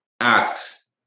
asks